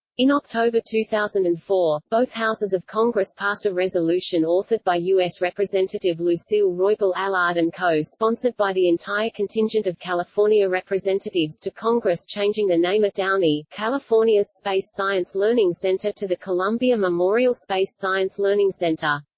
in october two thousand and four, both houses of congress passed a resolution authored by u s. representative lucille roybal-allard and co-sponsored by the entire contingent of california representatives to congress changing the name of downey, california's space science learning center to the columbia memorial space science learning center.